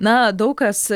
na daug kas